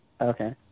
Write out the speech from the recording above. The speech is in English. Okay